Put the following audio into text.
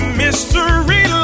mystery